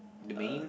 The Maine